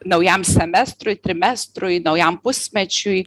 naujam semestrui trimestrui naujam pusmečiui